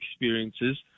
experiences